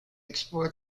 explored